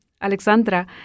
Alexandra